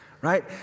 right